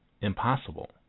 impossible